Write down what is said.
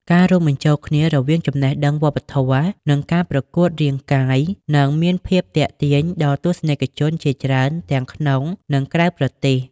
ការរួមបញ្ចូលគ្នា រវាងចំណេះដឹងវប្បធម៌ និងការប្រកួតរាងកាយនឹងមានភាពទាក់ទាញដល់ទស្សនិកជនជាច្រើនទាំងក្នុង និង ក្រៅប្រទេស។